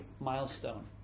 milestone